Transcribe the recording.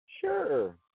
Sure